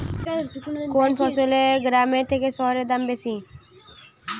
কোন ফসলের গ্রামের থেকে শহরে দাম বেশি?